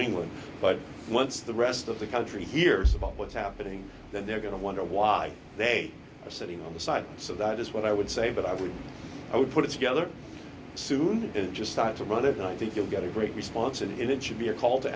win but once the rest of the country hears about what's happening then they're going to wonder why they are sitting on the side so that is what i would say but i would i would put it together soon and just start to run it i think you'll get a great response and it should be a call to